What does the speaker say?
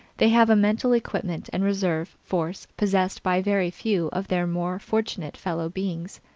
they have a mental equipment and reserve force possessed by very few of their more fortunate fellow beings.